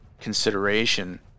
consideration